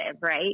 right